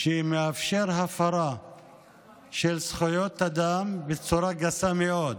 שמאפשר הפרה של זכויות אדם בצורה גסה מאוד,